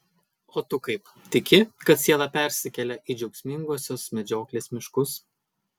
o tu kaip tiki kad siela persikelia į džiaugsmingosios medžioklės miškus